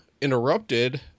interrupted